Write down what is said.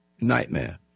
Nightmare